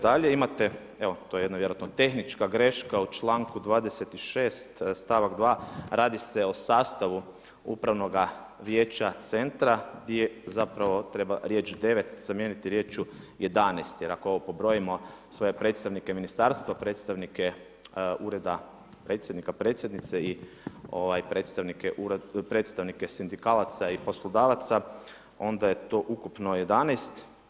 Dalje imate, to je vjerojatno tehnička greška u članku 26. stavak 2. radi se o sastavu upravnoga vijeća Centra gdje zapravo treba riječ 9 zamijeniti riječju 11, jer ako pobrojimo svoje predstavnike ministarstva, predstavnike ureda predsjednika, predsjednica i predstavnike sindikalaca i poslodavaca onda je to ukupno 11.